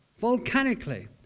volcanically